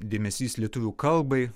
dėmesys lietuvių kalbai